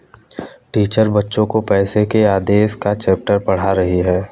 teacher बच्चो को पैसे के आदेश का चैप्टर पढ़ा रही हैं